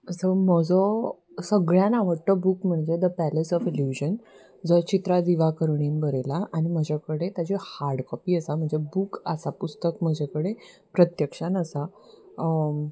so म्हजो सगळ्यान आवडटो बूक म्हणजे द पॅलेस ऑफ इल्युजन जो चित्रा दिवाकणीन बरयला आनी म्हजे कडेन ताज्य हार्ड कॉपी आसा म्हणजे बूक आसा पुस्तक म्हजे कडेन प्रत्यक्षान आसा